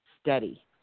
steady